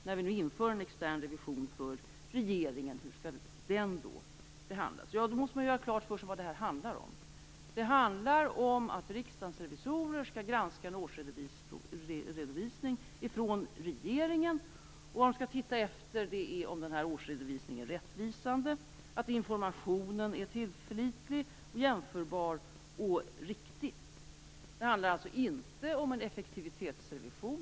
När vi nu inför en extern revision för regeringen är frågan: Hur skall den behandlas? Då måste man göra klart för sig vad detta handlar om. Det handlar om att Riksdagens revisorer skall granska en årsredovisning från regeringen. Man skall titta efter om denna årsredovisning är rättvisande, att informationen är tillförlitlig, jämförbar och riktig. Det handlar alltså inte om en effektivitetsrevision.